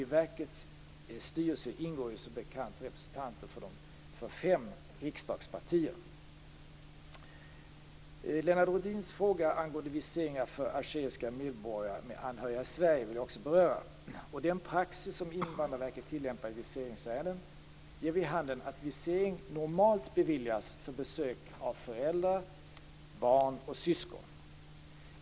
I verkets styrelse ingår, som bekant, representanter för fem riksdagspartier. Lennart Rohdins fråga angående viseringar för algeriska medborgare med anhöriga i Sverige vill jag också beröra. Den praxis som Invandrarverket tillämpar i viseringsärenden ger vid handen att visering normalt beviljas för besök av föräldrar, barn och syskon.